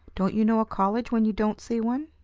don't you know a college when you don't see one?